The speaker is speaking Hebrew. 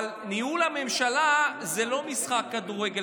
אבל ניהול הממשלה זה לא משחק כדורגל,